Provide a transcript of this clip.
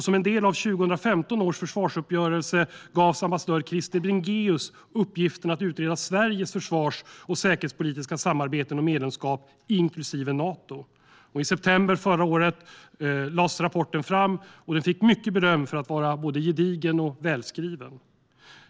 Som en del av 2015 års försvarsuppgörelse gavs ambassadör Krister Bringéus uppgiften att utreda Sveriges försvars och säkerhetspolitiska samarbeten och medlemskap, inklusive Nato. I september förra året lades rapporten fram. Den fick mycket beröm för att vara både gedigen och välskriven.